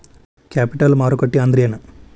Capital ಮಾರುಕಟ್ಟಿ ಅಂದ್ರೇನ?